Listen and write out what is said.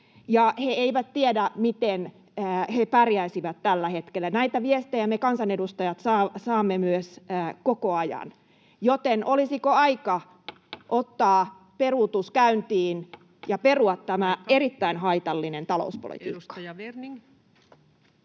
He eivät tiedä, miten he pärjäisivät tällä hetkellä. Näitä viestejä me kansanedustajat saamme myös koko ajan, joten olisiko aika ottaa peruutus käyntiin ja perua tämä erittäin haitallinen talouspolitiikka?